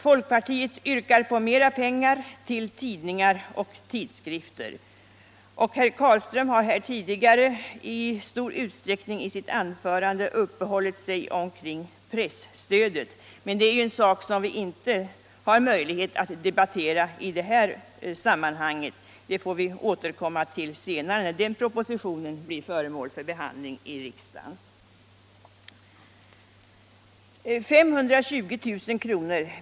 Folkpartiet yrkar på mera pengar till tidningar och tidskrifter, och herr Carlström har här tidigare i stor utsträckning i sitt anförande uppehållit sig omkring presstödet. Men det är ju en sak som vi inte har möjlighet att debattera i det här sammanhanget — det får vi återkomma till senare, när den propositionen blir föremål för behandling i riksdagen. 520 000 kr.